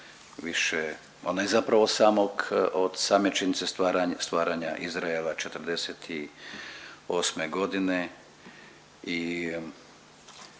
više, ona je zapravo od same činjenice stvaranja Izraela '48. godine i